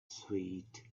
sweet